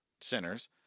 sinners